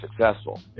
successful